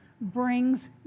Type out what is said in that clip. brings